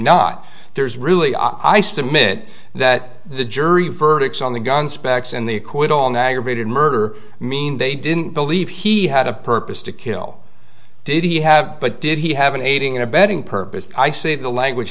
not there's really i submit that the jury verdicts on the gun specs and the acquittal on aggravated murder mean they didn't believe he had a purpose to kill did he have but did he have an aiding and abetting purpose i say the language